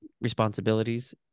responsibilities